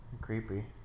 Creepy